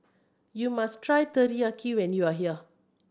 you must try Teriyaki when you are here